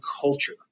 culture